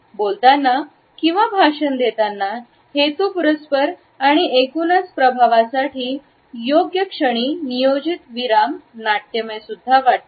बोलताना किंवा भाषण देताना हेतुपुरस्सर आणि एकूणच प्रभावासाठी योग्य क्षणी नियोजित विराम नाट्यमय वाटतो